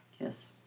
yes